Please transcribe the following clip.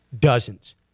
Dozens